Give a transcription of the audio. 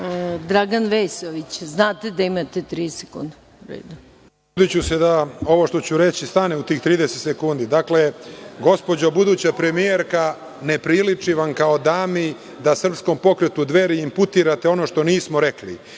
**Dragan Vesović** Trudiću se da ovo što ću reći stane u tih 30 sekundi. Dakle, gospođo buduća premijerko, ne priliči vam kao dami da Srpskom pokretu Dveri imputirate ono što nismo rekli.